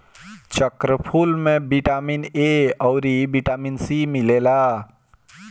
चक्रफूल में vitamin A अउरी बिटामिन सी मिलेला